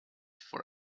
for